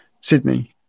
Sydney